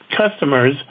customers